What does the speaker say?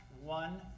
One